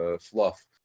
fluff